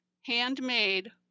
handmade